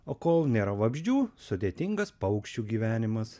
o kol nėra vabzdžių sudėtingas paukščių gyvenimas